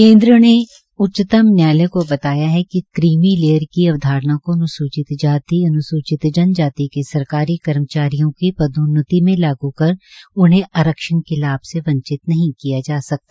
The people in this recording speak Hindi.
केन्द्र ने उच्चतम न्यायालय को बताया है कि क्रीमी लेयर की अवधारणा को अन्सूचित जाति अन्सूचित जनजाति के सरकारी कर्मचारियों की पदोन्नति में लागू कर उन्हें आरक्षण के लाभ से वंचित नहीं किया जा सकता